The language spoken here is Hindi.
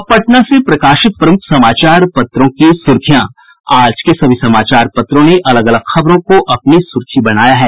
अब पटना से प्रकाशित प्रमुख समाचार पत्रों की सुर्खियां आज के सभी समाचार पत्रों ने अलग अलग खबरों को अपनी सुर्खी बनाया है